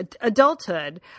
adulthood